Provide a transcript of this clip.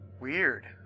Weird